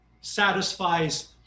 satisfies